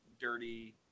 dirty